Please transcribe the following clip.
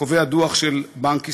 קובע דוח של בנק ישראל.